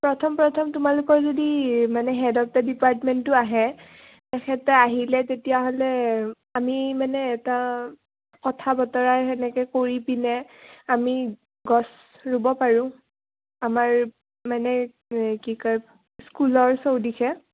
প্ৰথম প্ৰথম তোমালোকৰ যদি মানে হেড অৱ দ্য ডিপাৰ্টমেণ্টটো আহে তেখেতে আহিলে তেতিয়াহ'লে আমি মানে এটা কথা বতৰা তেনেকৈ কৰি পিনে আমি গছ ৰুব পাৰোঁ আমাৰ মানে কি কয় স্কুলৰ চৌদিশে